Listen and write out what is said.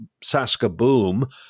Saskaboom